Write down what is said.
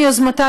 מיוזמתה,